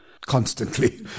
constantly